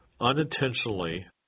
unintentionally